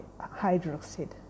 hydroxide